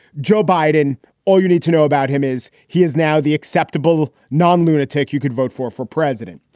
joe biden or you need to know about him is he is now the acceptable non lunatic you could vote for for president.